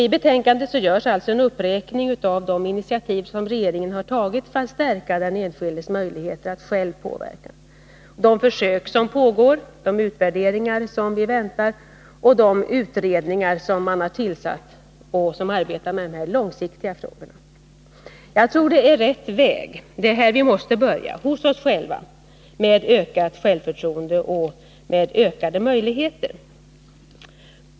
I betänkandet görs en uppräkning av de initiativ som regeringen har tagit för att stärka den enskildes möjligheter att själv påverka, de försök som pågår, de utvärderingar man väntar på och de utredningar man har tillsatt, som arbetar med de långsiktiga frågorna. Jag tror att det är rätt väg. Det är här vi måste börja: hos oss själva. Vi behöver ökat självförtroende och ökade möjligheter.